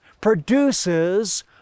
produces